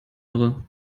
irre